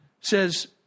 says